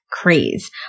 Craze